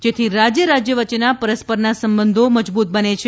જેથી રાજય રાજય વચ્ચેના પરસ્પરના સંબંધો મજબૂત બને છે